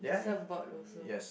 twelve board also